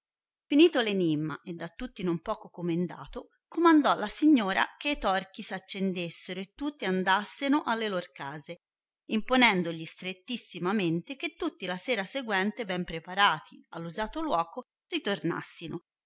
r enimma e da tutti non poco comendato comandò la signora che e torchi s accendessero e tutti andasseno alle lor case imponendogli strettissimamente che tutti la sera seguente ben preparati all usato luoco ritornassino